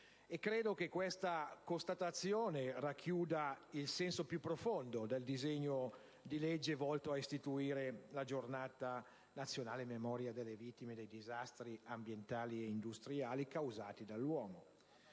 Credo che questa constatazione racchiuda il senso più profondo del disegno di legge volto a istituire la Giornata nazionale in memoria delle vittime dei disastri ambientali e industriali causati dall'uomo.